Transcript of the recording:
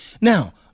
Now